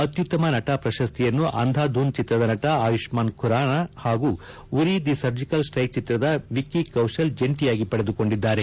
ಅತ್ಯುತ್ತಮ ನಟ ಪ್ರಶಸ್ತಿಯನ್ನು ಅಂಧಾಧೂನ್ ಚಿತ್ರದ ನಟ ಆಯುಷ್ಠಾನ್ ಖುರಾನ ಹಾಗೂ ಉರಿ ದಿ ಸರ್ಜಕಲ್ ಸ್ಟೆಕ್ ಚಿತ್ರದ ವಿಕ್ಕಿ ಕೌಶಲ್ ಜಂಟಿಯಾಗಿ ಪಡೆದುಕೊಂಡಿದ್ದಾರೆ